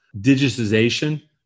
digitization